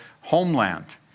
homeland